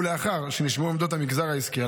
ולאחר שנשמעו עמדות המגזר העסקי,